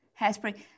hairspray